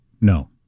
No